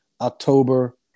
October